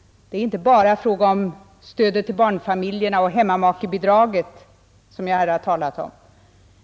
Det är inte bara fråga om stödet till barnfamiljerna och hemmamakebidraget, som jag här har talat om.